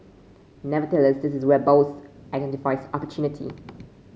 nevertheless this is where Bose identifies opportunity